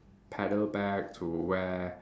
paddle back to where